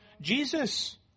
Jesus